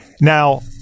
now